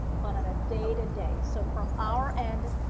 but on a day to day. so from our end,